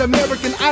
American